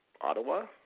Ottawa